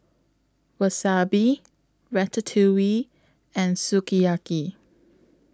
Wasabi Ratatouille and Sukiyaki